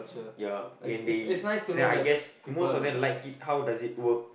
yeah and they and then I guess most of them like it how does it work